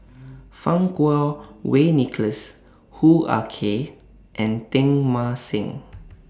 Fang Kuo Wei Nicholas Hoo Ah Kay and Teng Mah Seng